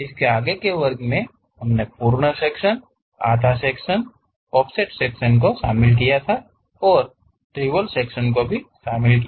इस के आगे के वर्ग में हमने पूर्ण सेक्शन आधा सेक्शन और ऑफसेट सेक्शन शामिल किया है और रिवोल्व सेक्शन को भी शामिल किया